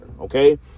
Okay